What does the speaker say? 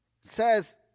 says